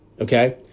okay